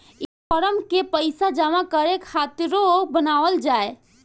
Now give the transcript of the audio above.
ई फारम के पइसा जमा करे खातिरो बनावल जाए